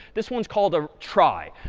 this one's called a trie.